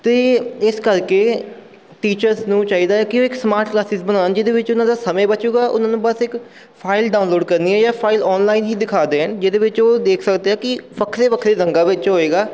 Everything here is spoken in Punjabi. ਅਤੇ ਇਸ ਕਰਕੇ ਟੀਚਰਸ ਨੂੰ ਚਾਹੀਦਾ ਕਿ ਉਹ ਇੱਕ ਸਮਾਰਟ ਕਲਾਸਿਸ ਬਣਾਉਣ ਜਿਹਦੇ ਵਿੱਚ ਉਹਨਾਂ ਦਾ ਸਮੇਂ ਬਚੇਗਾ ਉਹਨਾਂ ਨੂੰ ਬਸ ਇੱਕ ਫਾਈਲ ਡਾਊਨਲੋਡ ਕਰਨੀ ਹੈ ਜਾਂ ਫਾਈਲ ਔਨਲਾਈਨ ਹੀ ਦਿਖਾ ਦੇਣ ਜਿਹਦੇ ਵਿੱਚ ਉਹ ਦੇਖ ਸਕਦੇ ਆ ਕਿ ਵੱਖਰੇ ਵੱਖਰੇ ਰੰਗਾਂ ਵਿੱਚ ਹੋਏਗਾ